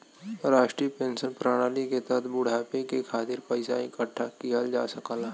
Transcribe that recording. राष्ट्रीय पेंशन प्रणाली के तहत बुढ़ापे के खातिर पइसा इकठ्ठा किहल जा सकला